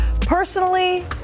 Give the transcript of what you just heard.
Personally